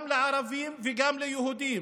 גם לערבים וגם ליהודים.